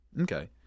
Okay